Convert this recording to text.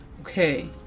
Okay